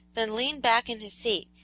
then leaned back in his seat,